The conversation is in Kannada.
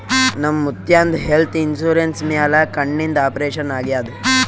ನಮ್ ಮುತ್ಯಾಂದ್ ಹೆಲ್ತ್ ಇನ್ಸೂರೆನ್ಸ್ ಮ್ಯಾಲ ಕಣ್ಣಿಂದ್ ಆಪರೇಷನ್ ಆಗ್ಯಾದ್